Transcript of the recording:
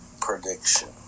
prediction